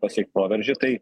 kad pasiekt proveržį tai